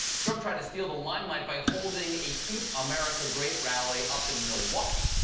trump tried to steal the limelight by holding a keep america great rally up in milwaukee.